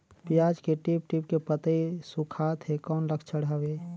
पियाज के टीप टीप के पतई सुखात हे कौन लक्षण हवे?